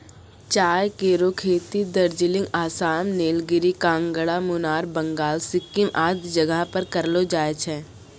चाय केरो खेती दार्जिलिंग, आसाम, नीलगिरी, कांगड़ा, मुनार, बंगाल, सिक्किम आदि जगह पर करलो जाय छै